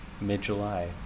mid-July